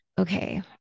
okay